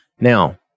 Now